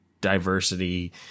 diversity